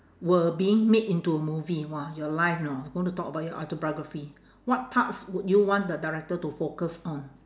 were being made into a movie !wah! your life you know going to talk about your autobiography what parts would you want the director to focus on